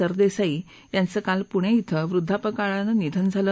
सरदेसाई यांचं काल पुणे क्वि वृद्धापकाळातं निधन झालं